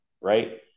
right